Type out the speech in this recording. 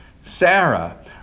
Sarah